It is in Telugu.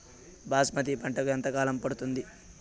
బాస్మతి పంటకు ఎంత కాలం పడుతుంది?